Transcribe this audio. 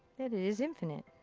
that is infinite.